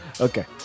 Okay